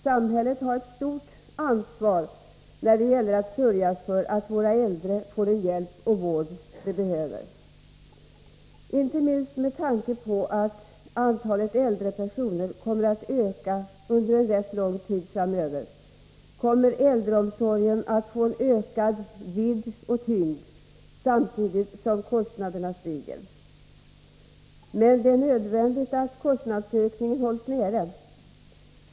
Samhället har ett stort ansvar när det gäller att sörja för att våra äldre får den hjälp och vård de behöver. Inte minst med tanke på att antalet äldre personer kommer att öka under en rätt lång tid framöver kommer äldreomsorgen att få en ökad vidd och tyngd, samtidigt som kostnaderna stiger. Men det är nödvändigt att kostnadsökningen hålls nere.